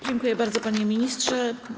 Dziękuję bardzo, panie ministrze.